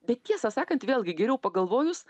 bet tiesą sakant vėlgi geriau pagalvojus